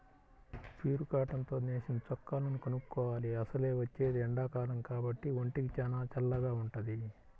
pure cotton తో నేసిన చొక్కాలను కొనుక్కోవాలి, అసలే వచ్చేది ఎండాకాలం కాబట్టి ఒంటికి చానా చల్లగా వుంటది